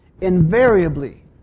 invariably